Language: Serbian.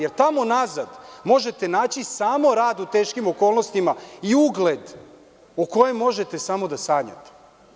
Jer, tamo uznazad, možete naći samo rad u teškim okolnostima i ugled o kojem možete samo da sanjate.